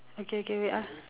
okay okay wait ah